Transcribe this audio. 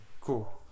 cool